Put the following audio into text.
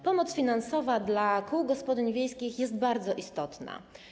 Pomoc finansowa dla kół gospodyń wiejskich jest bardzo istotna.